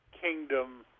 kingdom